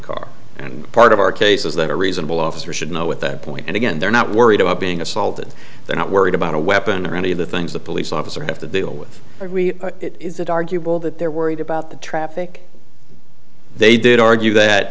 car and part of our case is that a reasonable officer should know at that point and again they're not worried about being assaulted they're not worried about a weapon or any of the things the police officer have to deal with it is that arguable that they're worried about the traffic they did argue that